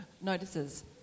notices